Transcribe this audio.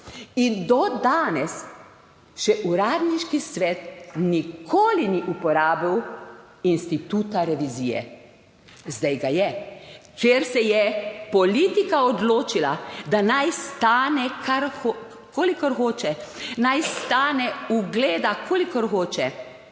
in do danes še Uradniški svet nikoli ni uporabil instituta revizije. Zdaj ga je, ker se je politika odločila, da naj stane, kolikor hoče, naj stane ugleda, kolikor hoče.